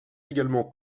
également